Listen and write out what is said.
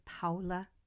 Paula